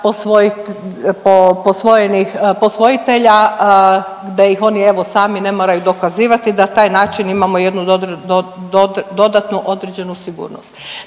posvojitelja da ih oni evo sami ne moraju dokazivati i da taj način imamo jednu dodatnu određenu sigurnost.